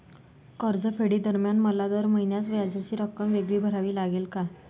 कर्जफेडीदरम्यान मला दर महिन्यास व्याजाची रक्कम वेगळी भरावी लागेल का?